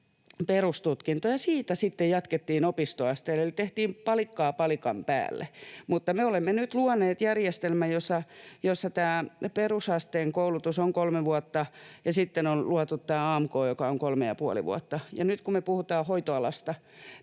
perustutkinto, ja siitä sitten jatkettiin opistoasteelle eli tehtiin palikkaa palikan päälle, mutta me olemme nyt luoneet järjestelmän, jossa tämä perusasteen koulutus on kolme vuotta, ja sitten on luotu tämä AMK, joka on kolme ja puoli vuotta. Nyt kun me puhutaan hoitoalasta,